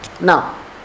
Now